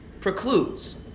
precludes